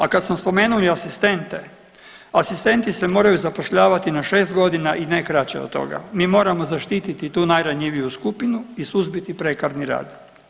A kad smo spomenuli asistente, asistenti se moraju zapošljavati na 6 godina i ne kraće od toga, mi moramo zaštititi tu najranjiviju skupinu i suzbiti prekarni rad.